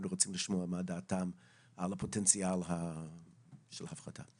מאוד רוצים לשמוע מה דעתם על הפוטנציאל של ההפחה.